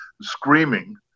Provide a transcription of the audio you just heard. screaming